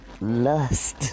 lust